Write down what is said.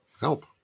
help